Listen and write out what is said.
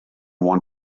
want